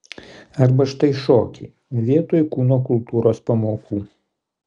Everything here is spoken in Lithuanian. arba štai šokiai vietoj kūno kultūros pamokų